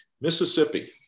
Mississippi